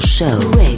Show